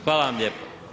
Hvala vam lijepa.